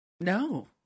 No